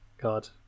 God